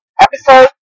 episode